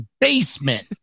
basement